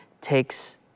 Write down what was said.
takes